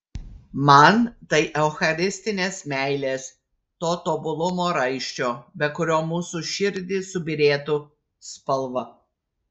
man tai eucharistinės meilės to tobulumo raiščio be kurio mūsų širdys subyrėtų spalva